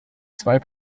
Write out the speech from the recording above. zwei